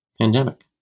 pandemic